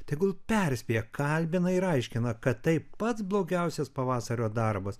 tegul perspėja kalbina ir aiškina kad tai pats blogiausias pavasario darbas